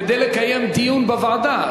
כדי לקיים דיון בוועדה.